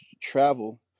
travel